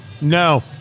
no